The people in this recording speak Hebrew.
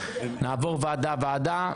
נעבור ועדה ועדה.